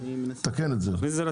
תקן את זה,